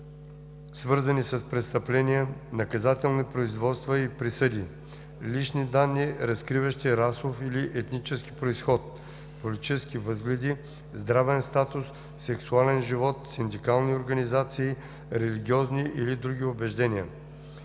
свързани с престъпления, наказателни производства и присъди, лични данни, разкриващи расов или етнически произход, политически възгледи, здравен статус, сексуален живот, синдикални организации, религиозни или други убеждения.